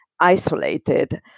isolated